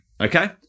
Okay